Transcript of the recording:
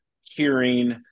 hearing